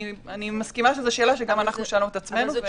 אני מסכימה שזאת שאלה, שגם אנחנו שאלנו את עצמנו.